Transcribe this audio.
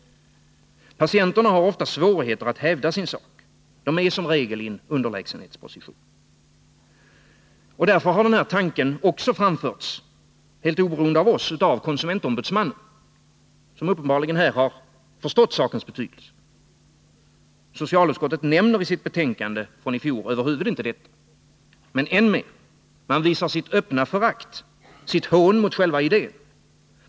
Patienterna har ofta svårigheter att hävda sin sak. De är som regel i en underlägsenhetsposition. Därför har tanken på patientombudsmän, helt oberoende av oss, också framförts av konsumentombudsmannen, som uppenbarligen har förstått frågans betydelse. Socialutskottet nämner över huvud taget inte detta i sitt betänkande från i fjol, och än mer: man visar sitt öppna förakt, sitt hån mot själva idén.